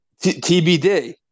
tbd